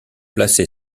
placé